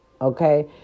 Okay